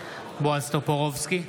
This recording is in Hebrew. בועז טופורובסקי,